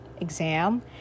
exam